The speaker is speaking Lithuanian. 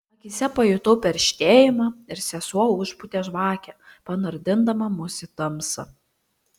akyse pajutau perštėjimą ir sesuo užpūtė žvakę panardindama mus į tamsą